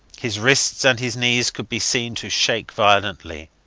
his wrists and his knees could be seen to shake violently.